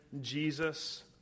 Jesus